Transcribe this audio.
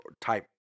type